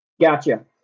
gotcha